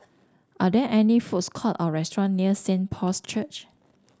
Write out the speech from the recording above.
are there any foods court or restaurant near Saint Paul's Church